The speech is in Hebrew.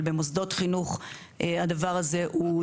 אבל במוסדות חינוך הדבר הזה הוא דרמטי.